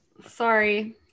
Sorry